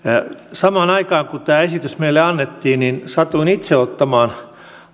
samaan aikaan kun tämä esitys meille annettiin satuin itse ottamaan